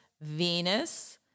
Venus